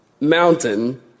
mountain